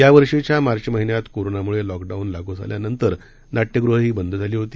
यावर्षीच्यामार्चमहिन्यातकोरोनामुळेलॉकडाऊनलागूझाल्यानंतर नाट्यग़हहीबंदझालीहोती